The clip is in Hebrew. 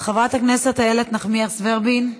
חברת הכנסת איילת נחמיאס ורבין,